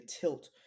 tilt